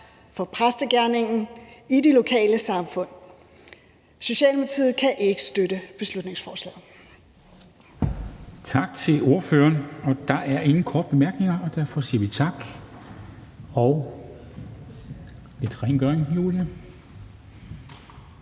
for præstegerningen i de lokale samfund. Socialdemokratiet kan ikke støtte beslutningsforslaget.